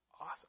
awesome